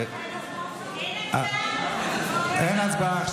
אין הצבעה?